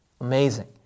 Amazing